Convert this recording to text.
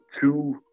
two